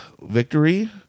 victory